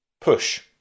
push